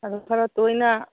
ꯑꯗꯨ ꯈꯔ ꯇꯣꯏꯅ